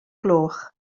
gloch